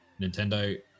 Nintendo